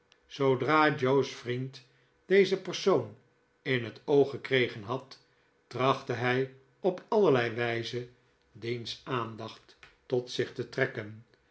zoodra joe's vriend dezen persoon in het oog gekregen had trachtte hi op allerlei wijze diens aandacht tot zich te trekken